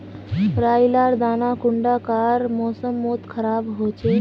राई लार दाना कुंडा कार मौसम मोत खराब होचए?